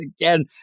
again